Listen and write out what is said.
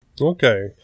Okay